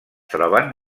troben